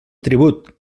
tribut